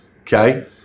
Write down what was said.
okay